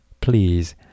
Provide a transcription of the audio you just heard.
Please